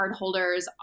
cardholders